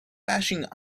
bashing